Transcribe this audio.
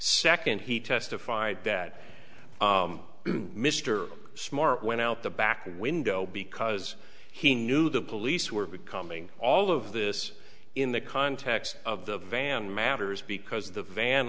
second he testified that mr smart went out the back window because he knew the police were becoming all of this in the context of the van matters because the van